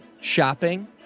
shopping